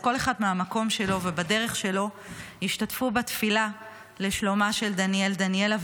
אז כל אחד מהמקום שלו ובדרך שלו ישתתפו בתפילה לשלומה של דניאל דניאלה,